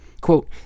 Quote